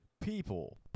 People